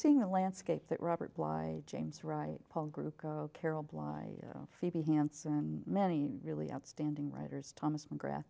seeing the landscape that robert bly james right paul group go carol bligh phoebe hanson many really outstanding writers thomas mcgrath